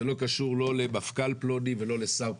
זה לא קשור למפכ"ל פלוני או לשר פלוני.